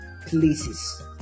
places